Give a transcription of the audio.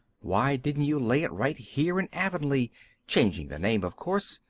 why didn't you lay it right here in avonlea changing the name, of course,